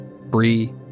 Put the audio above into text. Bree